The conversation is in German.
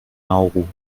nauru